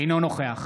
אינו נוכח